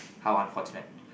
how unfortunate